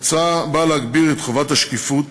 ההצעה באה להגביר את חובת השקיפות